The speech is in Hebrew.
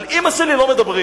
על אמא שלי לא מדברים.